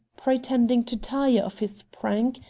pretending to tire of his prank,